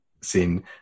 sin